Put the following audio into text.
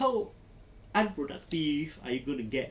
how unproductive are you going to get